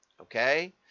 okay